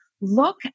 look